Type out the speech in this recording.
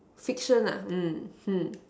fiction ah mmhmm